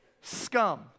scum